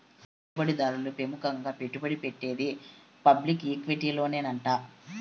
పెట్టుబడి దారులు పెముకంగా పెట్టుబడి పెట్టేది పబ్లిక్ ఈక్విటీలోనేనంట